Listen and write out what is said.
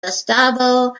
gustavo